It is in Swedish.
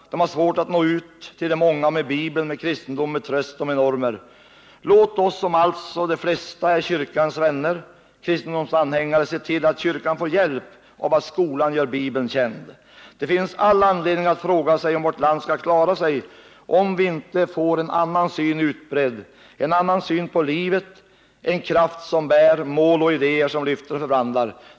Kyrkan har svårt att nå ut till många med Bibeln, med kristendomen och med tröst och normer. De flesta av oss är alltså kyrkans vänner och kristendomsanhängare. Låt oss se till att kyrkan får hjälp och att skolan gör Bibeln känd. Det finns all anledning att ställa frågan hur vårt land skall klara sig, om inte en annan syn blir utbredd, om vi inte får en annan syn på livet, en kraft som bär och mål och idéer som lyfter och förvandlar.